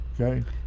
Okay